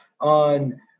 on